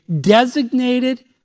designated